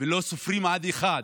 ולא סופרים עד אחת,